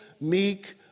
meek